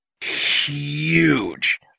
huge